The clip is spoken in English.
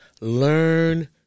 learn